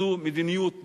זו מדיניות מפלה,